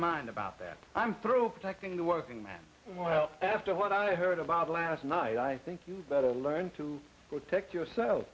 mind about that i'm through protecting the working man well after what i heard about last night i think you'd better learn to protect yourself